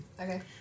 Okay